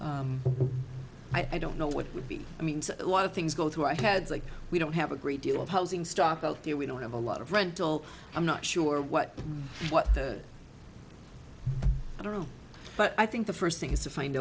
i don't know what it would be i mean a lot of things go through our heads like we don't have a great deal of housing stock out there we don't have a lot of rental i'm not sure what what the i don't know but i think the first thing is to find